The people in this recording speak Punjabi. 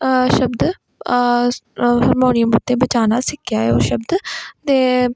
ਸ਼ਬਦ ਹਰਮੋਨੀਅਮ ਉੱਤੇ ਵਜਾਉਣਾ ਸਿੱਖਿਆ ਉਹ ਸ਼ਬਦ ਅਤੇ